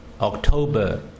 October